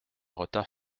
retard